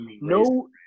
No